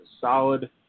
solid